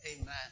Amen